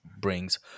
brings